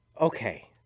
Okay